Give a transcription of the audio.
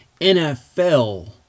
NFL